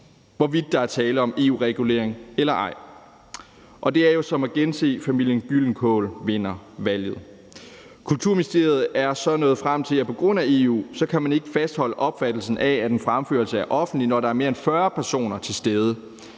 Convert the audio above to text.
hvorvidt der er tale om en EU-regulering eller ej, og det er jo ligesom at gense »Familien Gyldenkål vinder valget«. Kulturministeriet er så nået frem til, at man på grund af EU ikke kan fastholde opfattelsen af, at en fremførelse er offentlig, når der er mere end 40 personer til stede.